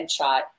headshot